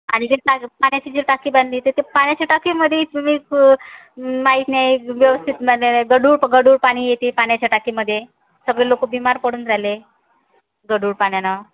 आणि जे पाण्याची जी टाकी बांधली ते तर पाण्याच्या टाकीमध्ये तुम्ही माहीत नाही व्यवस्थित गढूळ गढूळ पाणी येते पाण्याच्या टाकीमध्ये सगळे लोकं बीमार पडून राहिले गढूळ पाण्यानं